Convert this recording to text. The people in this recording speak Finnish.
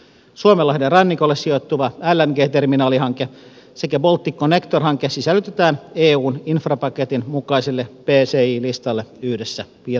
suomenlahden rannikolle sijoittuva lng terminaalihanke sekä balticconnector hanke sisällytetään eun infrapaketin mukaiselle pci listalle yhdessä viron kanssa